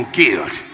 guilt